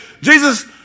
Jesus